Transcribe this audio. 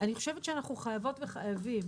אני חושבת שאנחנו חייבות וחייבים,